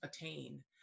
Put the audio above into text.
attain